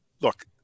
look